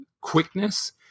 quickness